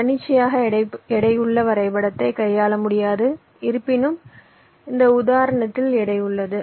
தன்னிச்சையாக எடையுள்ள வரைபடத்தை கையாள முடியாது இருப்பினும் இந்த உதாரணத்தில் எடை உள்ளது